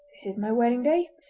this is my wedding-day!